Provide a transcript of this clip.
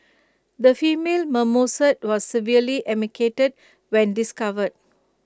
the female marmoset was severely emaciated when discovered